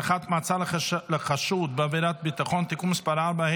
(הארכת מעצר לחשוד בעבירת ביטחון) (תיקון מס' 4),